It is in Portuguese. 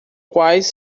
quais